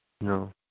No